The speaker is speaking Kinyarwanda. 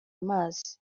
amazi